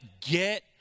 get